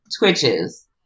Twitches